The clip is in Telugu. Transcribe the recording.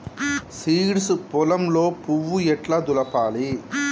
సీడ్స్ పొలంలో పువ్వు ఎట్లా దులపాలి?